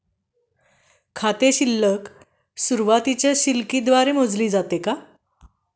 खाते शिल्लक सुरुवातीच्या शिल्लक द्वारे मोजले जाते का?